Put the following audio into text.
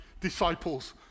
disciples